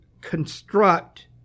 construct